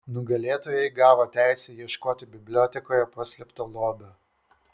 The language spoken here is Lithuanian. nugalėtojai gavo teisę ieškoti bibliotekoje paslėpto lobio